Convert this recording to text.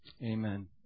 Amen